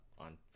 on